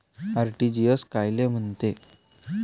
RTGS कायले म्हनते?